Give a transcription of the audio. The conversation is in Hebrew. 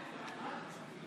חברי הכנסת, להלן תוצאות ההצבעה: